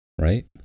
Right